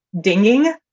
dinging